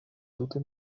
tute